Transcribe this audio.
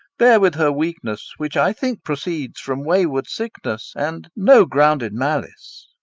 bear with her weakness, which i think proceeds from wayward sickness, and no grounded malice.